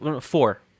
four